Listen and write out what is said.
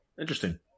Interesting